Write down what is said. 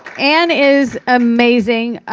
anne is amazing.